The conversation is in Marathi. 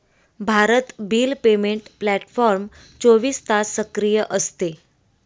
भारत बिल पेमेंट प्लॅटफॉर्म चोवीस तास सक्रिय असते